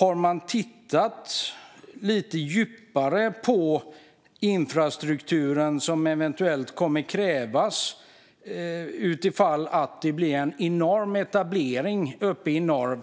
Har man tittat lite djupare på vilken infrastruktur som kommer att krävas om det blir en enorm etablering i norr?